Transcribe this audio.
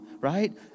Right